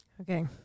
Okay